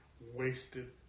wasted